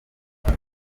dore